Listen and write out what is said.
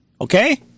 Okay